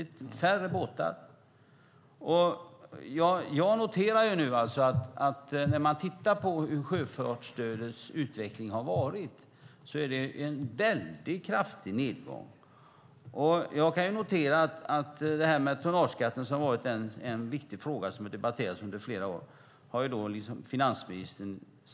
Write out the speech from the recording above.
Det är färre båtar. När man tittar på hur sjöfartsstödets utveckling har varit så ser man att det är en väldigt kraftig nedgång. Jag kan notera att finansministern har sagt nej till tonnageskatten, som har varit en viktig fråga som har debatterats under flera år.